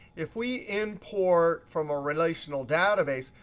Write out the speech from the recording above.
if we import from a relational database,